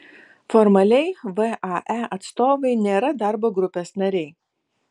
formaliai vae atstovai nėra darbo grupės nariai